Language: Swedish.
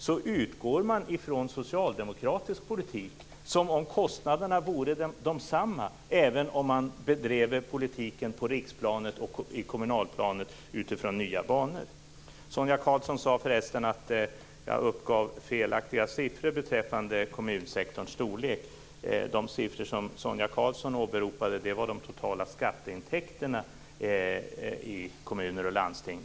Då utgår man från socialdemokratisk politik och från att kostnaderna vore desamma även om man bedrev politiken på riksplan och kommunalplan i nya banor. Sonia Karlsson sade förresten att jag uppgav felaktiga siffror beträffande kommunsektorns storlek. De siffror som Sonia Karlsson åberopade gällde de totala skatteintäkterna i kommuner och landsting.